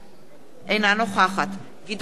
אינה נוכחת גדעון סער,